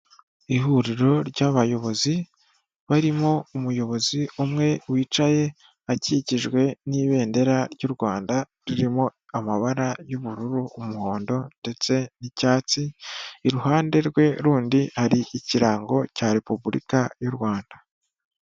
Ihuriro ry'abayobozi, barimo umuyobozi umwe wicaye akikijwe n'ibendera ry'u Rwanda ririmo amabara y'ubururu, umuhondo ndetse n'icyatsi, iruhande rwe rundi hari ikirango cya Repubulika y'u Rwanda.